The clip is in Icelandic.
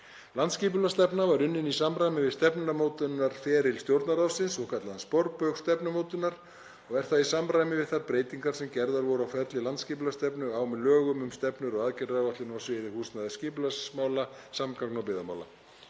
Landsskipulagsstefna var unnin í samræmi við stefnumótunarferli Stjórnarráðsins, svokallaðan sporbaug stefnumótunar, og er það í samræmi við þær breytingar sem gerðar voru á ferli landsskipulagsstefnu með lögum um stefnur og aðgerðaáætlanir á sviði húsnæðis- og skipulagsmála, samgangna og byggðarmála.